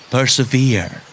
Persevere